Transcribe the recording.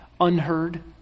unheard